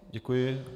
Děkuji.